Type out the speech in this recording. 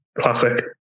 classic